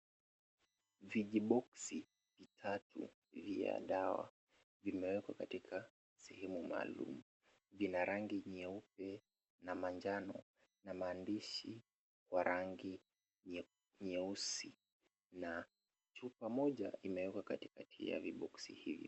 Vijiboksi vitatu vya dawa vimewekwa katika sehemu maalum, vina rangi nyeupe na manjano na maandishi ya rangi ya nyeusi na chupa moja imewekwa katikati ya vijiboksi hivi.